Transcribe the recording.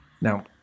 Now